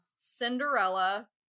Cinderella